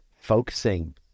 focusing